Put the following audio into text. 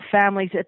families